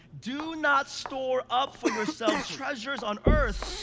do not store up for yourselves treasures on earth,